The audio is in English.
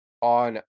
On